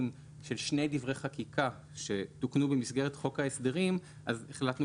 של שני דברי חקיקה שתוקנו במסגרת חוק ההסדרים - והחלטנו